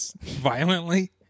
violently